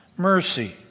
mercy